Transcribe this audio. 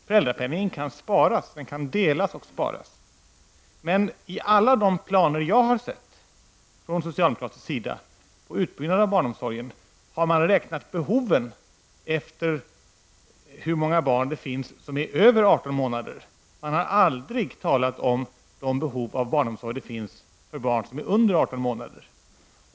Föräldrapenningen kan visserligen delas och sparas, men i alla de planer från socialdemokratisk sida om utbyggnad av barnomsorgen som jag har sett har man beräknat behoven efter hur många barn som är över 18 månader. Man har aldrig talat om behoven av barnomsorg för barn som är under 18 månader.